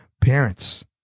Parents